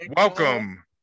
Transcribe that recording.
Welcome